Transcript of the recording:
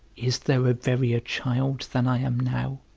is there a verier child than i am now?